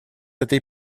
этой